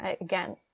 Again